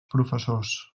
professors